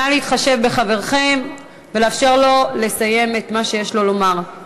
נא להתחשב בחברכם ולאפשר לו לסיים את מה שיש לו לומר.